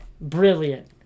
Brilliant